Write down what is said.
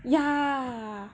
ya